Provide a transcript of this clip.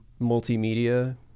multimedia